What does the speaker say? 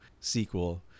sequel